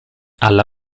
alla